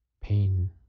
pain